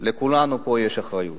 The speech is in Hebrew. לכולנו יש פה אחריות.